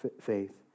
faith